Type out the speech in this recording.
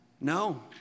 No